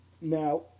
Now